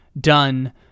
done